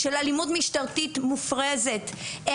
של אלימות משטרתית מופרזת.